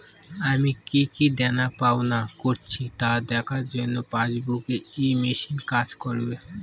আমি কি কি দেনাপাওনা করেছি তা দেখার জন্য পাসবুক ই মেশিন কাজ করবে?